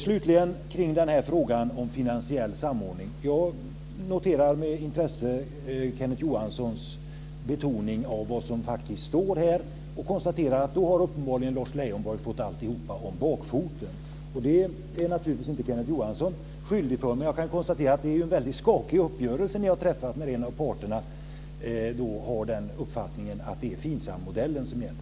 Slutligen till frågan om finansiell samordning. Jag noterar med intresse Kenneth Johanssons betoning av vad som faktiskt står i texterna. Jag konstaterar att Lars Leijonborg då uppenbarligen har fått alltihop om bakfoten. Det är naturligtvis inte Kenneth Johansson skyldig till. Men det är ju en väldigt skakig uppgörelse som ni har träffat när en av parterna har den uppfattningen att det är FINSAM-modellen som gäller.